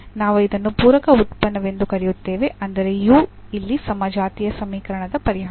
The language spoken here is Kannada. ನಾವು ಇದನ್ನು ಪೂರಕ ಉತ್ಪನ್ನವೆಂದು ಕರೆಯುತ್ತೇವೆ ಅಂದರೆ u ಇಲ್ಲಿ ಸಮಜಾತೀಯ ಸಮೀಕರಣದ ಪರಿಹಾರ